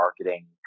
marketing